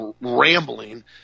rambling